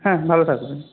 হ্যাঁ ভালো থাকবেন